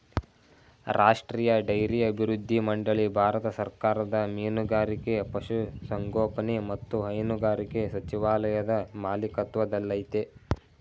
ರಾಷ್ಟ್ರೀಯ ಡೈರಿ ಅಭಿವೃದ್ಧಿ ಮಂಡಳಿ ಭಾರತ ಸರ್ಕಾರದ ಮೀನುಗಾರಿಕೆ ಪಶುಸಂಗೋಪನೆ ಮತ್ತು ಹೈನುಗಾರಿಕೆ ಸಚಿವಾಲಯದ ಮಾಲಿಕತ್ವದಲ್ಲಯ್ತೆ